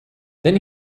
then